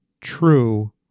true